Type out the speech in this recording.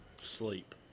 sleep